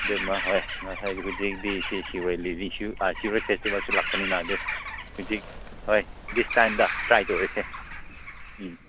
ꯑꯗꯨꯝꯕ ꯍꯣꯏ ꯉꯁꯥꯏ ꯍꯧꯖꯤꯛꯇꯤ ꯁꯤ ꯁꯤ ꯑꯣꯏ ꯐꯦꯁꯇꯤꯕꯦꯜꯁꯨ ꯂꯥꯛꯄꯅꯤꯅ ꯑꯗꯨ ꯍꯧꯖꯤꯛ ꯍꯣꯏ ꯗꯤꯁ ꯇꯥꯏꯝꯗ ꯇ꯭ꯔꯥꯏ ꯇꯧꯔꯁꯦ ꯎꯝ